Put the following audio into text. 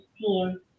team